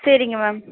சரிங்க மேம்